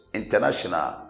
International